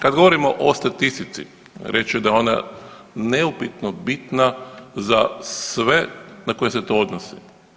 Kad govorimo o statistici reći ću da je ona neupitno bitna za sve na koje se to odnosi.